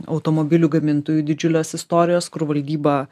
automobilių gamintojų didžiulės istorijos kur valdyba